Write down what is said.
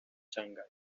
shanghái